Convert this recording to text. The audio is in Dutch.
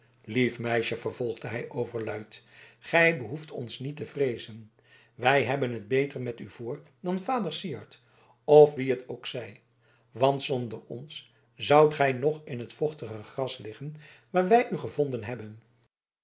lief meisje vervolgde hij overluid gij behoeft ons niet te vreezen wij hebben het beter met u voor dan vader syard of wie het ook zij want zonder ons zoudt gij nog in het vochtige gras liggen waar wij u gevonden hebben